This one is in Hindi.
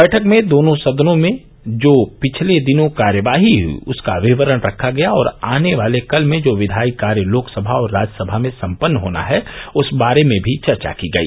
बैठक में दोनों सदनों में जो पिछले दिनों कार्यवाही हुई उसका विवरण रखा गया और आने वाले कल में जो विधायी कार्य लोकसभा और राज्यसभा में संपन्न होना है उस बारे में भी चर्चा की गई